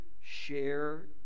share